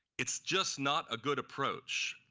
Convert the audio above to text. it's just not a good approach.